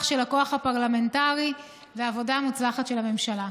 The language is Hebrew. של הכוח הפרלמנטרי ועבודה מוצלחת של הממשלה.